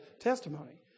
testimony